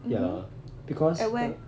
mmhmm at where